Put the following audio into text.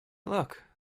look